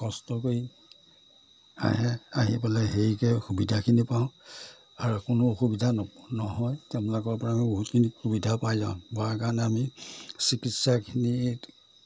কষ্ট কৰি আহে আহি পেলাই হেৰিকে সুবিধাখিনি পাওঁ আৰু কোনো অসুবিধা নহয় তেওঁলোকৰ পৰা আমি বহুতখিনি সুবিধা পাই যাওঁ পোৱাৰ কাৰণে আমি চিকিৎসাখিনিত